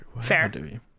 Fair